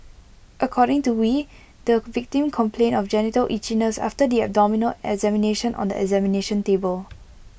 according to wee the victim complained of genital itchiness after the abdominal examination on the examination table